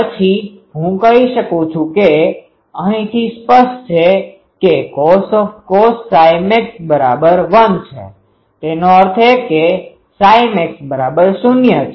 પછી હું કહી શકું કે અહીંથી સ્પષ્ટ છે કે cos max 1 છે તેનો અર્થ એ કે max0 છે